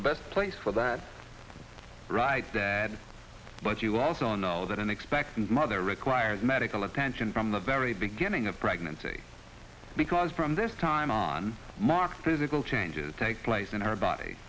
the best place for that right dad but you also know that an expectant mother requires medical attention from the very beginning of pregnancy because from this time on marked physical changes take place in our body